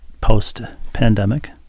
post-pandemic